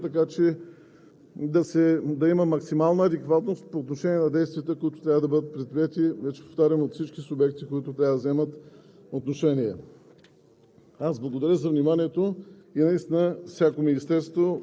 по-отдалече да се взимат във времевата рамка такива мерки и действия, така че да има максимална адекватност по отношение на действията, които трябва да бъдат предприети, вече повтарям, от всички субекти, които трябва да вземат отношение.